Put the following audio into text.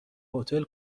هتل